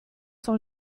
sont